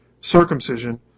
circumcision